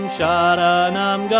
Sharanam